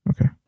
Okay